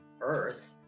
Earth